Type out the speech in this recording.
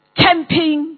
camping